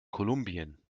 kolumbien